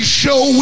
show